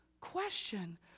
question